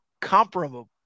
comparable